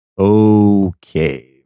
okay